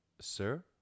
Sir